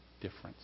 difference